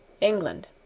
England